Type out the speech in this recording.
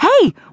Hey